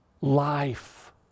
life